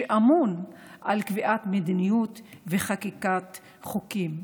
שאמון על קביעת מדיניות וחקיקת חוקים.